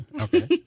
Okay